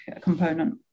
component